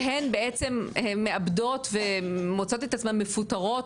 שהן בעצם מאבדות ומוצאות את עצמן מפוטרות